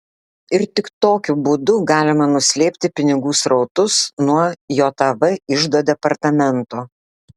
ir tik tokiu būdu galima nuslėpti pinigų srautus nuo jav iždo departamento